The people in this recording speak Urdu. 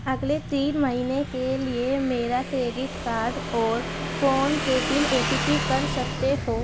اگلے تین مہینے کے لیے میرا کریڈٹ کاڈ اور فون کے بل او ٹی پی کر سکتے ہو